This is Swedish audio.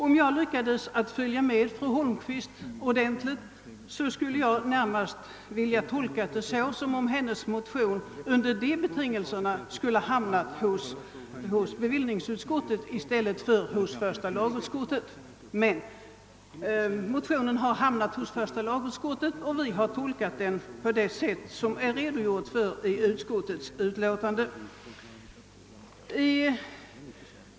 Om jag lyckades följa med fru Holmqvists anförande ordentligt, skulle motionen enligt de betingelser hon angav ha bort remitteras till bevillningsutskottet i stället för till första lagutskottet. Men motionen har hamnat hos första lagutskottet, och vi har tolkat den på det sätt som det har redogjorts för i utskottets utlåtande.